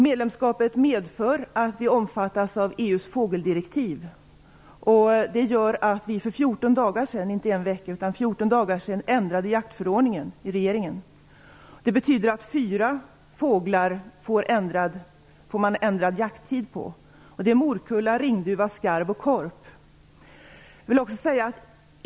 Medlemskapet medför att vi omfattas av EU:s fågeldirektiv. Det medförde att regeringen för 14 dagar sedan - inte en vecka - ändrade jaktförordningen. Det betyder att det blir ändrad jakttid på fyra fågelarter. Det är morkulla, ringduva, skarv och korp.